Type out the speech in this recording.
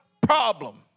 problem